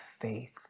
faith